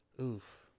Oof